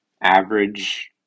average